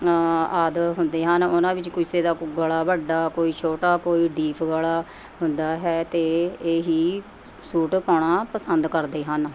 ਆਦਿ ਹੁੰਦੇ ਹਨ ਉਹਨਾਂ ਵਿੱਚ ਕਿਸੇ ਦਾ ਗਲ਼ਾ ਵੱਡਾ ਕੋਈ ਛੋਟਾ ਕੋਈ ਡੀਫ ਗਲ਼ਾ ਹੁੰਦਾ ਹੈ ਅਤੇ ਇਹੀ ਸੂਟ ਪਾਉਣਾ ਪਸੰਦ ਕਰਦੇ ਹਨ